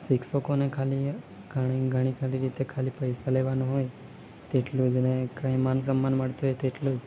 શિક્ષકોને ખાલી ઘણી ઘણી ખરી રીતે ખાલી પૈસા લેવાનું હોય તેટલું જ નહીં કંઈ માન સન્માન મળતું હોય તેટલું જ